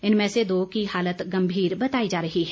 इनमें से दो की हालत गंभीर बताई जा रही है